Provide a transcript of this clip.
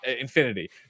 Infinity